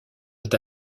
est